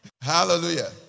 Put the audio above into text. Hallelujah